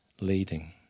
leading